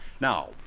Now